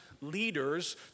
leaders